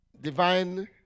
Divine